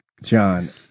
john